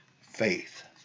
faith